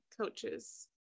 coaches